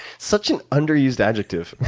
such an underused adjective,